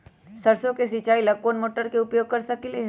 सरसों के सिचाई ला कोंन मोटर के उपयोग कर सकली ह?